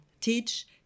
teach